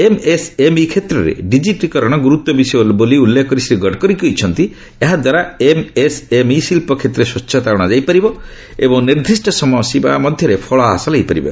MSME କ୍ଷେତ୍ରରେ ଡିଜିଟିକରଣର ଗୁରୁତ୍ୱ ବିଷୟ ଉଲ୍ଲେଖ କରି ଶ୍ରୀ ଗଡ଼କରୀ କହିଛନ୍ତି ଏହାଦ୍ୱାରା ଏମ୍ଏସ୍ଏମ୍ଇ ଶିଳ୍ପ କ୍ଷେତ୍ରରେ ସ୍ୱଚ୍ଛତା ଅଣାଯାଇ ପାରିବ ଏବଂ ନିର୍ଦ୍ଦିଷ୍ଟ ସମୟସୀମା ମଧ୍ୟରେ ଫଳ ହାସଲ ହୋଇପାରିବ